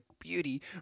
beauty